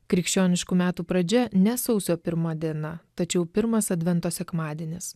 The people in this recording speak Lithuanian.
krikščioniškų metų pradžia ne sausio pirma diena tačiau pirmas advento sekmadienis